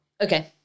Okay